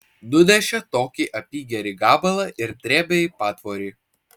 nunešė tokį apygerį gabalą ir drėbė į patvorį